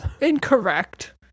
Incorrect